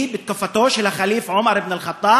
כי בתקופתו של הח'ליף עומר אבן אל-ח'טאב,